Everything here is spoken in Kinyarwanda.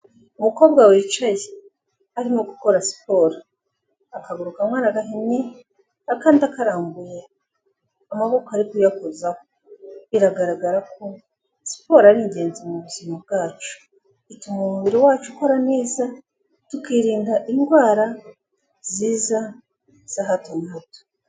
Umukobwa wicaye arimo gukora siporo akaguru kamwe aragahinye, akandi akarambuye amaboko ari kuyakuzaho, biragaragara ko siporo ari ingenzi mu buzima bwacu, ituma umubiri wacu ukora neza tukirinda indwara ziza za hato na hato.